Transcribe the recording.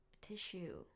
Tissue